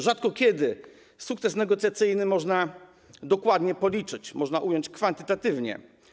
Rzadko kiedy sukces negocjacyjny można dokładnie policzyć, można ująć kwantytatywnie.